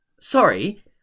Sorry